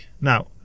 Now